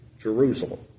Jerusalem